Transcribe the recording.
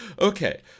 Okay